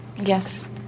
Yes